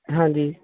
ਹਾਂਜੀ